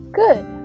good